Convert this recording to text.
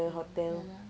oh ya lah